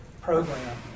program